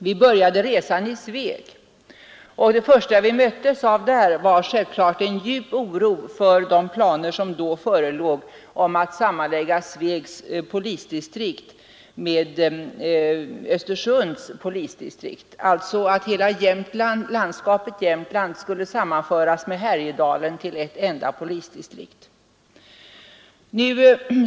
Vi började med att besöka Sveg, och det första vi möttes av där var självfallet en djup oro för de planer som då fanns att sammanlägga Svegs polisdistrikt med Östersunds, vilket alltså skulle innebära att Härjedalen sammanfördes med hela landskapet Jämtland till ett enda polisdistrikt.